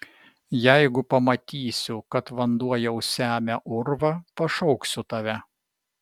jeigu pamatysiu kad vanduo jau semia urvą pašauksiu tave